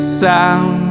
sound